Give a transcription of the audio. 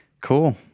Cool